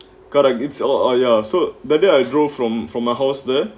correct it's all ya so that day I drove from from a house there